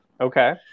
Okay